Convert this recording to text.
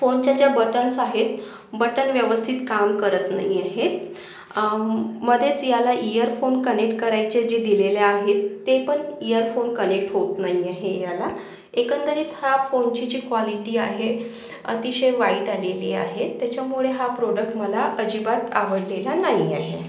फोनच्या ज्या बटन्स आहेत बटन व्यवस्थित काम करत नाही आहेत मधेच याला इयरफोन कनेक्ट करायचे जे दिलेले आहेत ते पण इयरफोन कनेक्ट होत नाही आहे याला एकंदरीत हा फोनची जी क्वॉलिटी आहे अतिशय वाईट आलेली आहे त्याच्यामुळे हा प्रोडक्ट मला अजिबात आवडलेला नाही आहे